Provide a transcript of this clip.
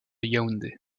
yaoundé